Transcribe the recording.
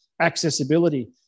accessibility